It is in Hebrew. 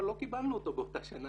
אבל לא קיבלנו אותו באותה שנה,